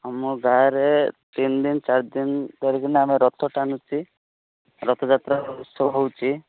ଆମ ଗାଁରେ ତିନିଦିନ ଚାରିଦିନ ଧରିକି ନା ଆମେ ରଥ ଟାଣିଛି ରଥଯାତ୍ରା ଉତ୍ସବ ହେଉଛି